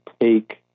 take